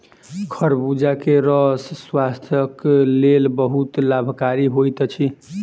खरबूजा के रस स्वास्थक लेल बहुत लाभकारी होइत अछि